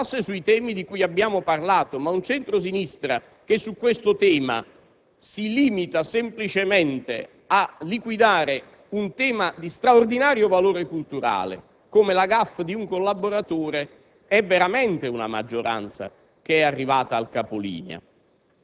Capirei, infatti, un centro-sinistra che rilanciasse sui temi di cui abbiamo parlato, ma un centro-sinistra che si limita semplicemente a liquidare un tema di straordinario valore culturale come la *gaffe* di un collaboratore